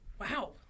Wow